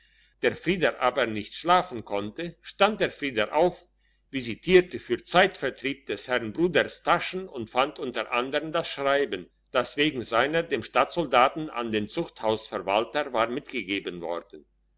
der frieder aber nicht schlafen konnte stand der frieder auf visitierte für zeitvertreib des herrn bruders taschen und fand unter andern das schreiben das wegen seiner dem stadtsoldaten an den zuchthausverwalter war mitgegeben worden